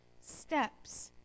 steps